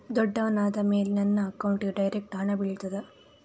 ದೊಡ್ಡವನಾದ ಮೇಲೆ ನನ್ನ ಅಕೌಂಟ್ಗೆ ಡೈರೆಕ್ಟ್ ಹಣ ಬೀಳ್ತದಾ?